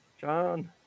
John